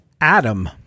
Adam